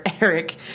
Eric